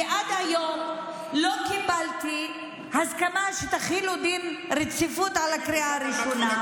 ועד היום לא קיבלתי הסכמה שתחילו דין רציפות על הקריאה הראשונה.